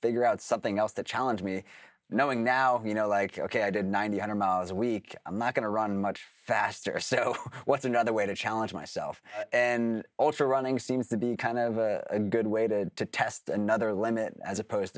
figure out something else that challenge me knowing now you know like ok i did ninety hundred miles a week i'm not going to run much faster so what's another way to challenge myself and also running seems to be kind of a good weighted to test another limit as opposed